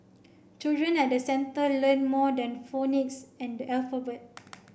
children at the centre learn more than phonics and alphabet